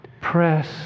Press